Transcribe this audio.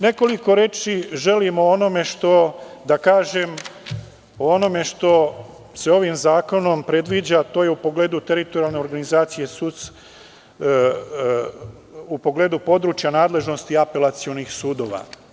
Nekoliko reči želim da kažem o onome što se ovim zakonom predviđa, a to je u pogledu teritorijalne organizacije, u pogledu područja nadležnosti apelacionih sudova.